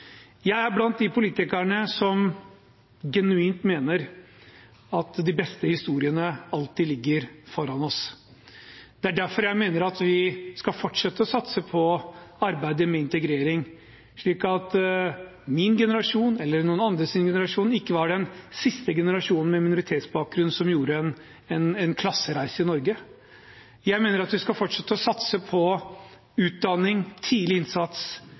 Jeg er blant de politikerne som genuint mener at de beste historiene alltid ligger foran oss. Det er derfor jeg mener at vi skal fortsette å satse på arbeidet med integrering, slik at min generasjon eller noen andres generasjon ikke var den siste generasjonen med minoritetsbakgrunn som gjorde en klassereise i Norge. Jeg mener at vi skal fortsette å satse på utdanning, tidlig innsats,